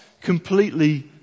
completely